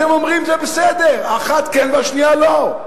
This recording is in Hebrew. אתם אומרים שזה בסדר שאחת כן והשנייה לא.